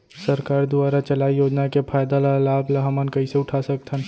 सरकार दुवारा चलाये योजना के फायदा ल लाभ ल हमन कइसे उठा सकथन?